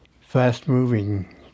fast-moving